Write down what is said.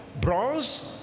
bronze